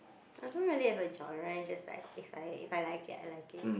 I don't really have a genre is just like if I if I like it I like it